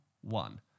one